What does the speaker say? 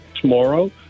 tomorrow